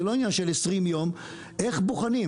זה לא עניין של 20 ימים, איך בוחנים?